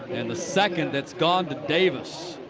and the second that's gone to davis.